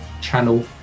channel